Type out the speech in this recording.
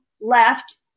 left